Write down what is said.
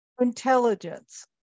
intelligence